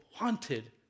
wanted